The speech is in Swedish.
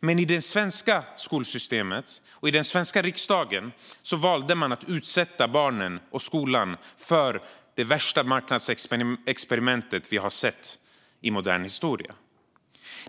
Men i det svenska skolsystemet och i den svenska riksdagen valde man att utsätta barnen och skolan för det värsta marknadsexperiment vi har sett i modern historia.